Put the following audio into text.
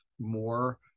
more